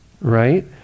right